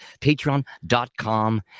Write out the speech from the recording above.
patreon.com